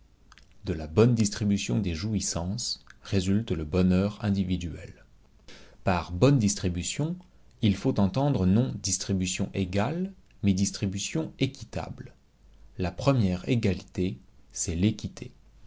de la bonne distribution des jouissances résulte le bonheur individuel par bonne distribution il faut entendre non distribution égale mais distribution équitable la première égalité c'est l'équité